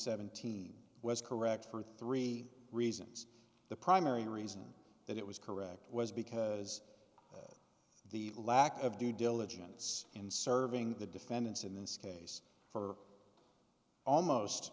thousand was correct for three reasons the primary reason that it was correct was because the lack of due diligence in serving the defendants in this case for almost